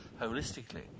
holistically